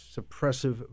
suppressive